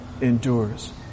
endures